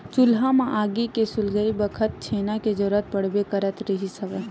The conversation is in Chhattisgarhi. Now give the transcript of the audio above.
चूल्हा म आगी के सुलगई बखत छेना के जरुरत पड़बे करत रिहिस हवय